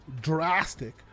drastic